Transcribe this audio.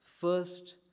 First